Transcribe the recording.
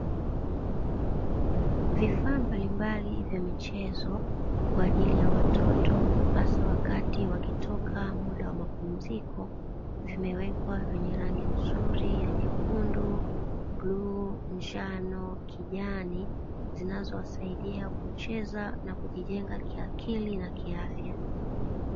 Vifaa mbalimbali vya michezo kwa ajili ya watoto hasa wakati wakitoka mda wa mapumziko, yamewekwa rangi nzuri yenye vundo njano kijani zinazowasaidia kucheza endelea na kuwajenga kiakili na kiafya.